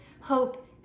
hope